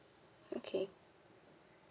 okay